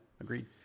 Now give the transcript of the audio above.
agreed